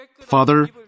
Father